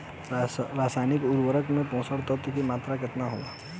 रसायनिक उर्वरक मे पोषक तत्व के मात्रा केतना होला?